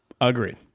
Agreed